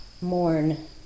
mourn